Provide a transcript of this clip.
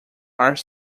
are